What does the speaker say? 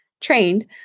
trained